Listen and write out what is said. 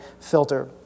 filter